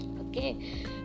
Okay